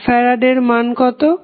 এক ফ্যারাডের মান কত